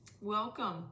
welcome